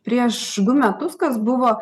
prieš metus kas buvo